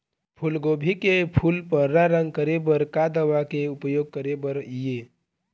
फूलगोभी के फूल पर्रा रंग करे बर का दवा के उपयोग करे बर ये?